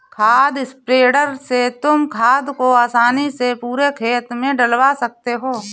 खाद स्प्रेडर से तुम खाद को आसानी से पूरे खेत में डलवा सकते हो